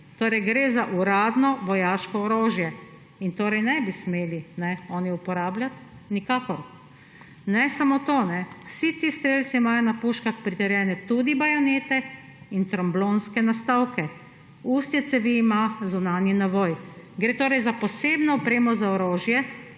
Torej gre za uradno vojaško orožje in ga oni nikakor ne bi smeli uporabljati. Ne samo to, vsi ti strelci imajo na puškah pritrjene tudi bajonete in tromblonske nastavke. Ustje cevi ima zunanji navoj. Gre torej za posebno opremo za orožje,